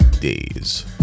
Days